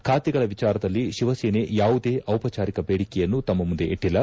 ಖಾತೆಗಳ ವಿಚಾರದಲ್ಲಿ ಶಿವಸೇನೆ ಯಾವುದೇ ದಿಪಚಾರಿಕ ಬೇಡಿಕೆಯನ್ನು ತಮ್ಮ ಮುಂದೆ ಇಟ್ಟಲ್ಲ